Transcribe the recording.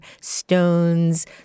stones